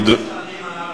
שמונה שנים,